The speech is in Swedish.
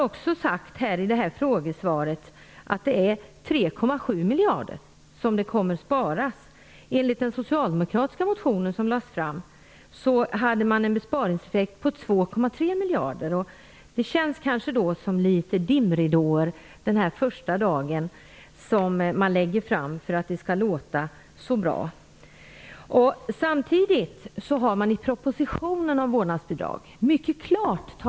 I frågesvaret sägs också att besparingen blir 3,7 Det känns som att man lägger fram dimridåer denna första dag, för att det skall låta bra.